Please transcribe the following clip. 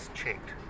checked